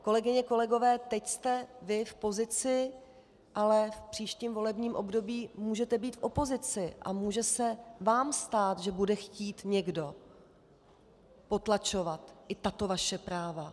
Kolegyně, kolegové, teď jste vy v pozici, ale v příštím volebním období můžete být v opozici a může se vám stát, že bude chtít někdo potlačovat i tato vaše práva.